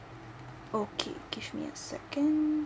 okay give me a second